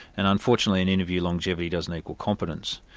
and unfortunately an interview longevity doesn't equal competence.